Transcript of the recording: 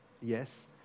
yes